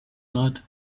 not